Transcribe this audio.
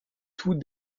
tout